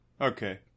Okay